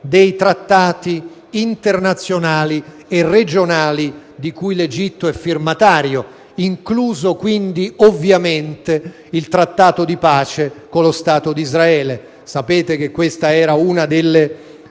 dei trattati internazionali e regionali di cui è firmatario, incluso, ovviamente, il trattato di pace con lo Stato di Israele. Sapete che questa era una delle